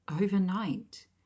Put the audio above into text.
overnight